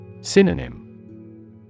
Synonym